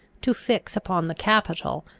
to fix upon the capital,